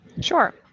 Sure